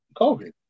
COVID